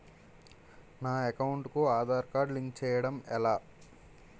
నా అకౌంట్ కు Aadhaar card link చేయడం ఎలా?